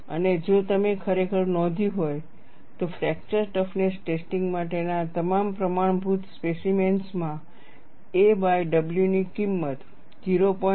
અને જો તમે ખરેખર નોંધ્યું હોય તો ફ્રેક્ચર ટફનેસ ટેસ્ટિંગ માટેના તમામ પ્રમાણભૂત સ્પેસીમેન્સમાં aw ની કિંમત 0